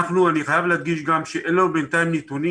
אני חייב להדגיש גם שאין לנו בינתיים נתונים